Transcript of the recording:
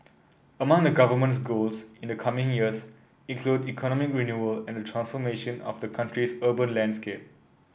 among the Government's goals in the coming years include economic renewal and transformation of the country's urban landscape